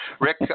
rick